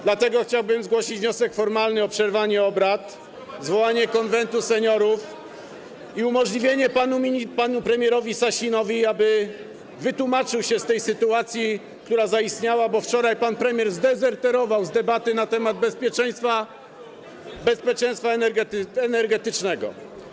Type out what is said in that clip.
Dlatego chciałbym zgłosić wniosek formalny o przerwanie obrad, zwołanie Konwentu Seniorów i umożliwienie panu premierowi Sasinowi tego, aby wytłumaczył się z tej sytuacji, która zaistniała, bo wczoraj pan premier zdezerterował z debaty na temat bezpieczeństwa energetycznego.